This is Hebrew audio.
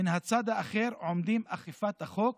מן הצד האחר עומדים אכיפת החוק